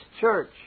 church